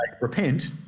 repent